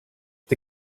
the